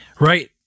Right